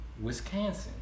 Wisconsin